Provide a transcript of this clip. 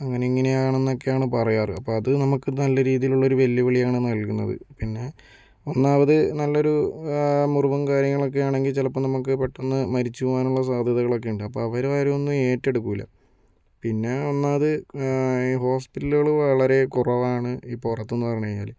അങ്ങനെ ഇങ്ങനെ ആണെന്നൊക്കെയാണ് പറയാറ് അപ്പോൾ അത് നമുക്ക് നല്ല രീതിയിലുള്ള ഒരു വെല്ലുവിളിയാണ് നൽകുന്നത് പിന്നെ ഒന്നാമത് നല്ലൊരു മുറിവും കാര്യങ്ങളൊക്കെ ആണെങ്കിൽ ചിലപ്പോൾ നമുക്ക് പെട്ടെന്ന് മരിച്ചു പോകാനുള്ള സാധ്യതകളൊക്കെ ഉണ്ട് അപ്പോൾ അവരാരും ഒന്നും ഏറ്റെടുക്കില പിന്നെ ഒന്നാമത് ഹോസ്പിറ്റലുകൾ വളരെ കുറവാണ് ഈ പുറത്തുനിന്ന് പറഞ്ഞു കഴിഞ്ഞാൽ